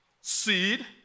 seed